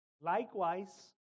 Likewise